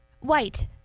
White